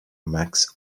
max